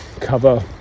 cover